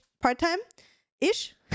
part-time-ish